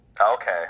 Okay